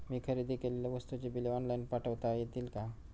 मी खरेदी केलेल्या वस्तूंची बिले ऑनलाइन पाठवता येतील का?